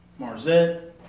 Marzette